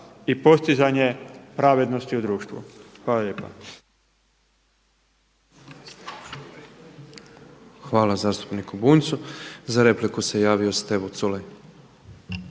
i postizanje pravednosti u društvu. Hvala lijepa. **Petrov, Božo (MOST)** Hvala zastupniku Bunjcu. Za repliku se javio Stevo Culej.